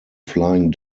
flying